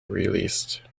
released